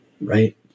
Right